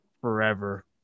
forever